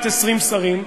בת 20 שרים.